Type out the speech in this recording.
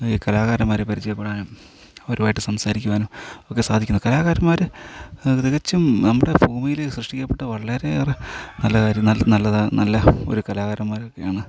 ഈ കലാകാരൻമാരെ പരിചയപ്പെടാനും അവരുമായിട്ട് സംസാരിക്കുവാനും ഒക്കെ സാധിക്കുന്നത് കലാകാരൻമാർ തികച്ചും നമ്മുടെ ഭൂമിയിൽ സ്യഷ്ടിക്കപ്പെട്ട വളരെ ഏറെ നല്ല കാര്യം നല്ല നല്ലതാണ് നല്ല ഒരു കലാരന്മാരൊക്കെയാണ്